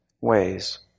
ways